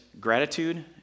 gratitude